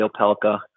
Opelka